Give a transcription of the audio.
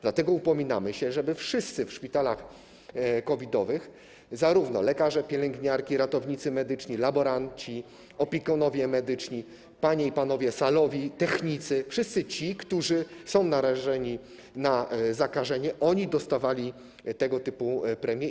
Dlatego upominamy się, żeby wszyscy w szpitalach COVID-owych, lekarze, pielęgniarki, ratownicy medyczni, laboranci, opiekunowie medyczni, panie i panowie salowi, technicy, wszyscy ci, którzy są narażeni na zakażenie, dostawali tego typu premie.